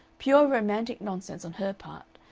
pure romantic nonsense on her part.